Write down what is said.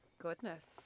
Goodness